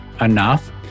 enough